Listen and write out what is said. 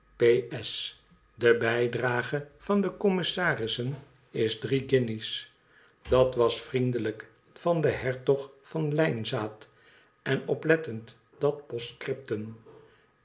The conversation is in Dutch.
s de bijdrage van commissarissen is drie guinjes dat was vriendelijk van den hertog van lijnzaad en oplettend dat